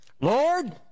Lord